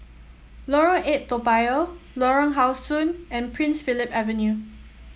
Lorong Eight Toa Payoh Lorong How Sun and Prince Philip Avenue